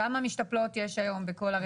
כמה משתפלות יש היום בכל הרשת.